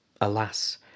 alas